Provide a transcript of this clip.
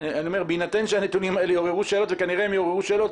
בהינתן שהנתונים יעוררו שאלות וכנראה הם יעוררו שאלות.